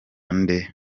nde